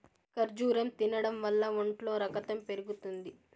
ఖర్జూరం తినడం వల్ల ఒంట్లో రకతం పెరుగుతుంది